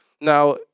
Now